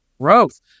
growth